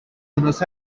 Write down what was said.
unos